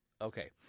Okay